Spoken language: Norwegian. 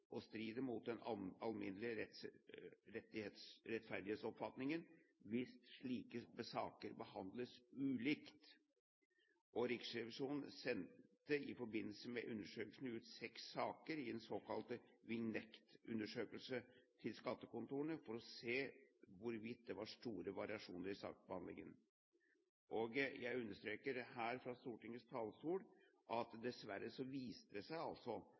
mot den alminnelige rettferdighetsoppfatning, hvis like saker behandles ulikt. Riksrevisjonen sendte i forbindelse med undersøkelsen ut seks saker til skattekontorene, i en såkalt vignettundersøkelse, for å se hvorvidt det var store variasjoner i saksbehandlingen. Jeg understreker her fra Stortingets talerstol at det dessverre viste seg